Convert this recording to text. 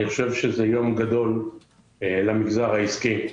אני חושב שזה יום גדול למגזר העסקי,